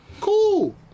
Cool